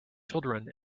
children